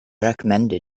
recommended